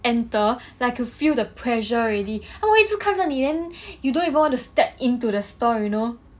enter like I could feel the pressure already 他们会一直看着你 then you don't even want to step into the store you know